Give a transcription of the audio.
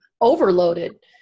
overloaded